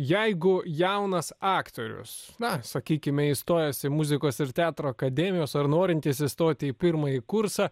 jeigu jaunas aktorius na sakykime įstojęs į muzikos ir teatro akademijos ar norintis įstoti į pirmąjį kursą